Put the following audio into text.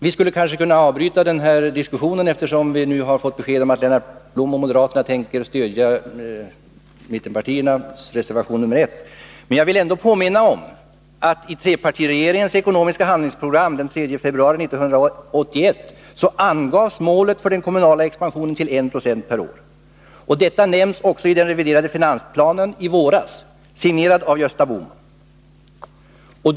Vi skulle kanske kunna avbryta denna diskussion, Lennart Blom, eftersom vi nu har fått besked om att Lennart Blom och moderaterna tänker stödja mittenpartiernas reservation nr 1. Men jag vill ändå påminna om att i trepartiregeringens ekonomiska handlingsprogram den 3 februari 1981 angavs målet för den kommunala expansionen vara 1960 per år. Detta nämndes också i den reviderade finansplanen i våras, signerad av Gösta Bohman.